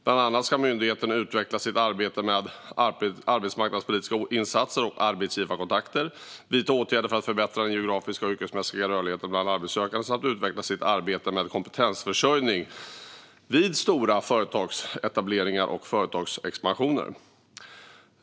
Bland annat ska myndigheten utveckla sitt arbete med arbetsmarknadspolitiska insatser och arbetsgivarkontakter, vidta åtgärder för att förbättra den geografiska och yrkesmässiga rörligheten bland arbetssökande samt utveckla sitt arbete med kompetensförsörjning vid stora företagsetableringar och företagsexpansioner.